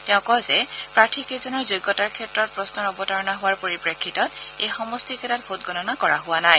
তেওঁ কয় যে প্ৰাৰ্থীকেইজনৰ যোগ্যতাৰ ক্ষেত্ৰত প্ৰশ্নৰ অৱতাৰণা হোৱাৰ পৰিপ্ৰেক্ষিতত এই সমষ্টিকেইটাত ভোটগণনা কৰা হোৱা নাই